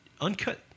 Uncut